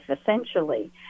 essentially